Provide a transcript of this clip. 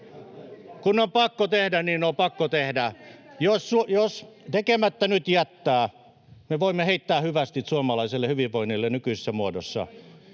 kun on pakko tehdä, niin on pakko tehdä. Jos tekemättä nyt jättää, me voimme heittää hyvästit suomalaiselle hyvinvoinnille nykyisessä muodossaan.